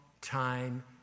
time